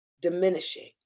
diminishing